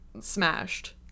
smashed